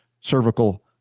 cervical